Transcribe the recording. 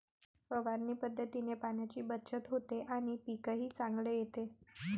फवारणी पद्धतीने पाण्याची बचत होते आणि पीकही चांगले येते